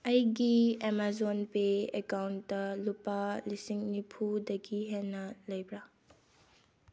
ꯑꯩꯒꯤ Amazon pay account ꯂꯨꯄꯥ ꯂꯤꯁꯤꯡ ꯅꯤꯐꯨꯗꯒꯤ ꯍꯦꯟꯅ ꯂꯩꯕ꯭ꯔꯥ